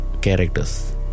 characters